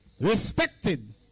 respected